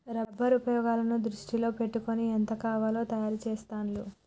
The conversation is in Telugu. రబ్బర్ ఉపయోగాలను దృష్టిలో పెట్టుకొని ఎంత కావాలో తయారు చెస్తాండ్లు